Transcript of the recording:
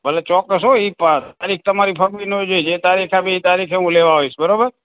ભલે ચોક્કસ હોં એક બાર તારીખ તમારી ફરવી ના જોઇએ જે તારીખ આપી એ તારીખે હું લેવા આવીશ બરોબર